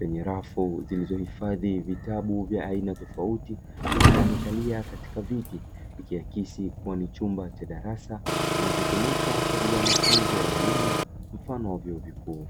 lenye rafu zilizohifadhi vitabu vya aina tofauti, wakiwa wamekalia katika viti, ikiakisi kuwa ni chumba cha darasa kinachotumika kwa ajili ya mafunzo ya elimu mfano wa vyuo vikuu.